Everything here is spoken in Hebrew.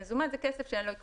מזומן זה כסף שאין לו עקבות,